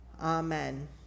Amen